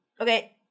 Okay